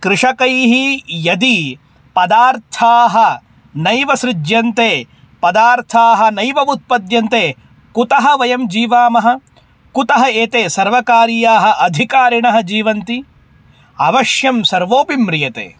कृषकैः यदि पदार्थाः नैव सृज्यन्ते पदार्थाः नैव उत्पद्यन्ते कुतः वयं जीवामः कुतः एते सर्वकारीयाः अधिकारिणः जीवन्ति अवश्यं सर्वोपि म्रियते